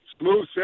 smooth